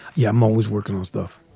yeah, i'm always working on stuff.